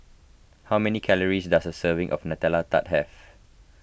how many calories does a serving of Nutella Tart have